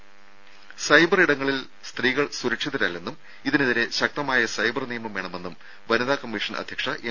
രുര സൈബർ ഇടങ്ങളിൽ സ്ത്രീകൾ സുരക്ഷിതരല്ലെന്നും ഇതിനെതിരെ ശക്തമായ സൈബർ നിയമം വേണമെന്നും വനിതാ കമ്മീഷൻ അധ്യക്ഷ എം